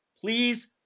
Please